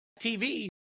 TV